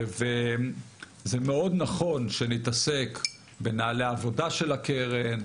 זה מאוד נכון שנתעסק בנהלי עבודה של הקרן,